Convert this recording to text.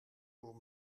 door